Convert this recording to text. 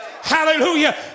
Hallelujah